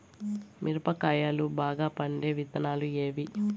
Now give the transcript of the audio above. మిరప కాయలు బాగా పండే విత్తనాలు ఏవి